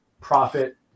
profit